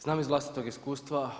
Znam iz vlastitog iskustva.